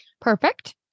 Perfect